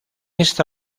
esta